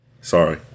Sorry